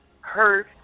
hurt